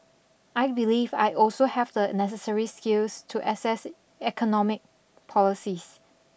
I believe I also have the necessary skills to assess economic policies